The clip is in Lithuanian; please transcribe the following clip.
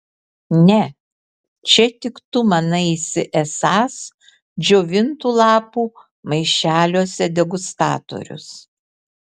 ne čia tik tu manaisi esąs džiovintų lapų maišeliuose degustatorius